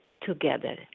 together